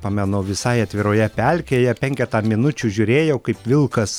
pamenu visai atviroje pelkėje penketą minučių žiūrėjau kaip vilkas